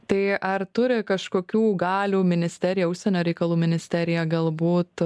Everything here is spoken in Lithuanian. tai ar turi kažkokių galių ministerija užsienio reikalų ministerija galbūt